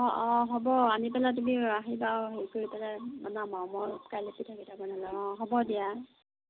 অ' অ' হ'ব আনি পেলাই তুমি আহিবা হেৰি কৰি পেলাই বনাম আৰু মই কাইলৈ পিঠাকেইটা বনাই লওঁ অ' হ'ব দিয়া